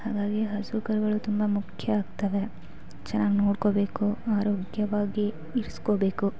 ಹಾಗಾಗಿ ಹಸು ಕರುಗಳು ತುಂಬ ಮುಖ್ಯ ಆಗ್ತವೆ ಚೆನ್ನಾಗಿ ನೋಡ್ಕೋಬೇಕು ಆರೋಗ್ಯವಾಗಿ ಇರಿಸ್ಕೋಬೇಕು